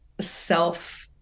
self